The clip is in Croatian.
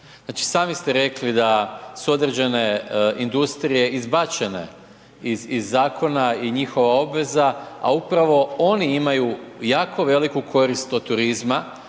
Znači sami ste rekli da su određene industrije izbačene iz zakona i njihova obveza, a upravo oni imaju jako veliku korist od turizma